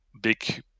big